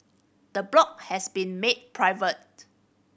the blog has been made private